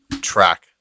track